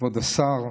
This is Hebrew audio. כבוד השר,